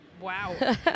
Wow